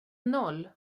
noll